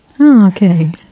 Okay